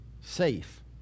safe